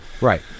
Right